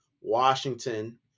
Washington